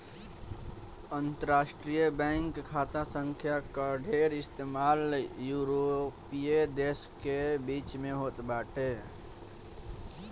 अंतरराष्ट्रीय बैंक खाता संख्या कअ ढेर इस्तेमाल यूरोपीय देस के बीच में होत बाटे